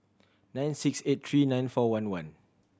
nine six eight three nine four one one